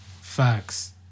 Facts